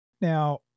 Now